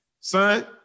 son